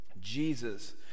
Jesus